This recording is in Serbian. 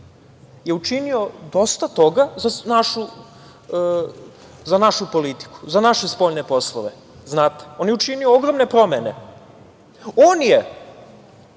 je učinio dosta toga za našu politiku, za naše spoljne poslove. Znate, on je učinio ogromne promene. On je